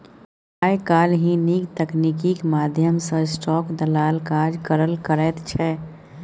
आय काल्हि नीक तकनीकीक माध्यम सँ स्टाक दलाल काज करल करैत छै